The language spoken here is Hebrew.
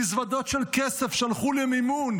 מזוודות של כסף שהלכו למימון,